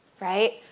right